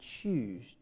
choose